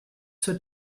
zur